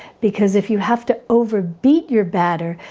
because if you have to over beat your batter,